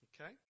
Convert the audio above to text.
Okay